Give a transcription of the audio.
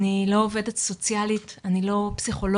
אני לא עובדת סוציאלית, אני לא פסיכולוגית,